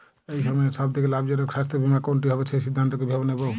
এই সময়ের সব থেকে লাভজনক স্বাস্থ্য বীমা কোনটি হবে সেই সিদ্ধান্ত কীভাবে নেব?